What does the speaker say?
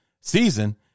season